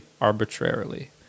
arbitrarily